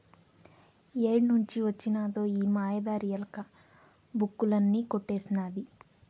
ఏడ్నుంచి వొచ్చినదో ఈ మాయదారి ఎలక, బుక్కులన్నీ కొట్టేసినాది